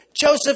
Joseph